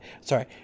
Sorry